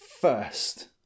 first